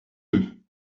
deux